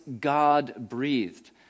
God-breathed